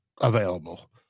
available